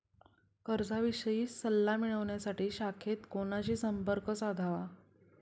कर्जाविषयी सल्ला मिळवण्यासाठी शाखेत कोणाशी संपर्क साधावा?